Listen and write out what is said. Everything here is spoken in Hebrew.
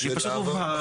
הוא פשוט מובהר.